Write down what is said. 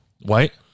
White